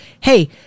hey